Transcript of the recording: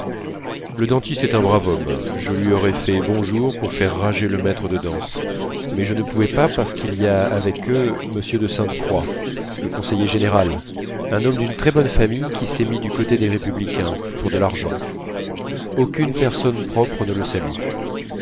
le dentiste est un brave homme je lui aurais fait bonjour pour faire rager le maître de danse mais je ne pouvais pas parce qu'il y a avec eux m de sainte-croix le conseiller général un homme d'une très bonne famille qui s'est mis du côté des républicains pour de l'argent aucune personne propre ne le salue